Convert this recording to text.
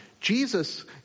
Jesus